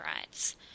rights